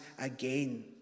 again